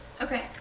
Okay